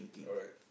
alright